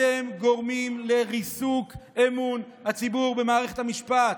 אתם גורמים לריסוק אמון הציבור במערכת המשפט.